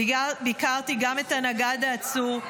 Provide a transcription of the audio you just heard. ביקרתי גם את הנגד העצור.